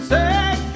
Say